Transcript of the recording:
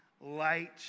light